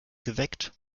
geweckt